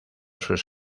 sus